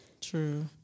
True